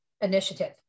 initiative